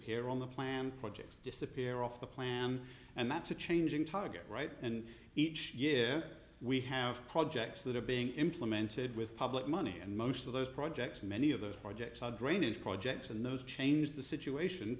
here on the plan project disappear off the plan and that's a changing target right and each year we have projects that are being implemented with public money and most of those projects many of those projects are drainage projects and those change the situation